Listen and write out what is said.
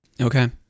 okay